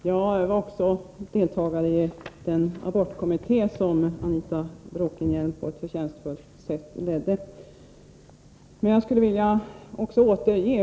Herr talman! Även jag ingick i den abortkommitté som Anita Bråkenhielm ledde på ett förtjänstfullt sätt.